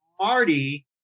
Marty